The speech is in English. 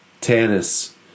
tennis